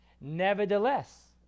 nevertheless